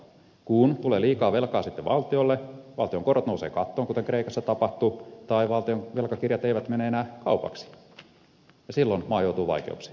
kun tulee liikaa velkaa sitten valtiolle valtion korot nousevat kattoon kuten kreikassa tapahtui tai valtion velkakirjat eivät mene enää kaupaksi ja silloin maa joutuu vaikeuksiin